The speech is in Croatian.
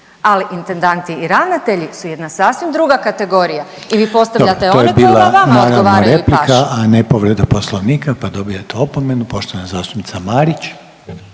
ali intendanti i ravnatelji su jedna sasvim druga kategorija i vi postavljate one koji vama odgovaraju i pašu. **Reiner, Željko (HDZ)** Dobro to je bila naravno replika, a ne povreda Poslovnika pa dobivate opomenu. Poštovana zastupnica Marić.